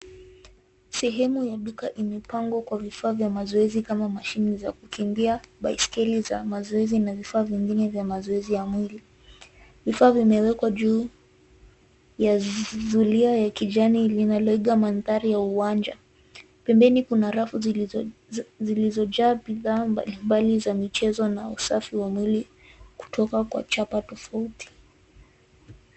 Sehemu ya duka imepangwa kwa vifaa vya mazoezi kama mashini za kukimbia, baiskeli za mazoezi na vifaa vingine vya mazoezi ya mwili. Vifaa vimewekwa juu ya zulia ya kijani linaiga mandhari ya uwanja. Pembeni kuna rafu zilizoja bidhaa mbalimbali za michezo na usafi wa mwili kutoka kwa chapa tofauti.